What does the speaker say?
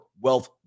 wealth